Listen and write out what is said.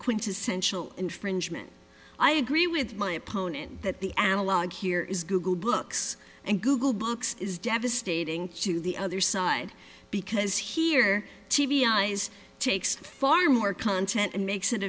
quintessential infringement i agree with my opponent that the analog here is google books and google books is devastating to the other side because here t v eyes takes far more content and makes it